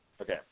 Okay